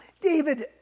David